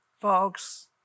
Folks